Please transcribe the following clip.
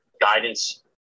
guidance